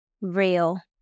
real